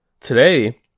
Today